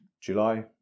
July